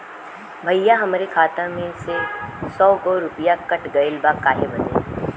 भईया हमरे खाता मे से सौ गो रूपया कट गइल बा काहे बदे?